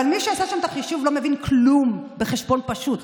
אבל מי שעשה שם את החישוב לא מבין כלום בחשבון פשוט,